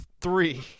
three